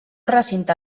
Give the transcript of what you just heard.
recinte